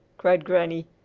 cried granny,